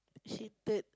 hated